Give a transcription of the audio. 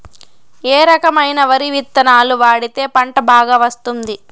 ఏ రకమైన వరి విత్తనాలు వాడితే పంట బాగా వస్తుంది?